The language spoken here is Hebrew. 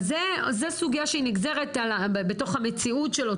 זו סוגיה שנגזרת בתוך המציאות.